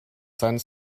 sein